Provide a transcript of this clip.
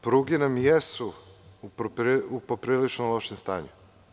Pruge nam jesu u poprilično lošem stanju.